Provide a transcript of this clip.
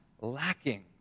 lacking